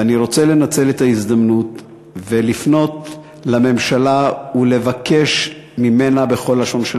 ואני רוצה לנצל את ההזדמנות ולפנות לממשלה ולבקש ממנה בכל לשון של